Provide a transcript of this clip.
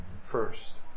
first